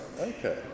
Okay